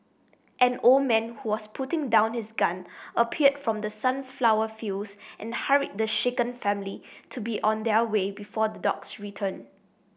an old man who was putting down his gun appeared from the sunflower fields and hurried the shaken family to be on their way before the dogs return